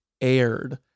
aired